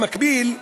במקביל,